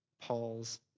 Paul's